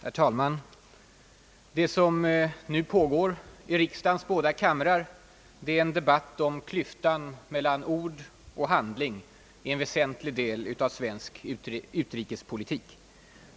Herr talman! Det som nu pågår i riksdagens båda kamrar är en debatt om klyftan mellan ord och handling i en väsentlig del av svensk utrikespolitik.